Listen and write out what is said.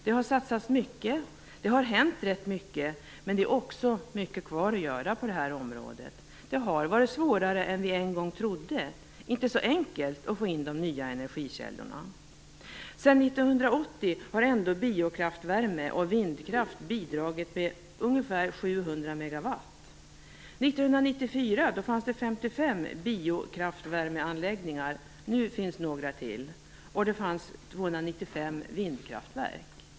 Det har satsats mycket, det har hänt rätt mycket, men det är också mycket kvar att göra på detta område. Det har varit svårare än vi en gång trodde, det har inte varit så enkelt att få in de nya energikällorna. Sedan 1980 har ändå biokraftvärme och vindkraft bidragit med ungefär 700 MW. 1994 fanns det 55 biokraftvärmeanläggningar, nu finns några fler, och det fanns 295 vindkraftverk.